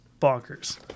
bonkers